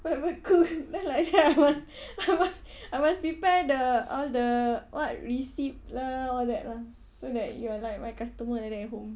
private cook then like that I must I must I must prepare the all the what receipt lah all that lah so that you are like my customer like that at home